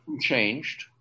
Changed